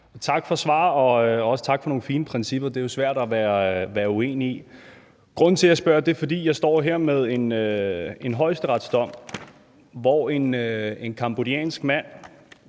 Tak for svaret. Også tak for nogle fine principper. Det er jo svært at være uenig i dem. Grunden til, at jeg spørger, er, at jeg står her med en højesteretsdom, hvor en cambodiansk mand,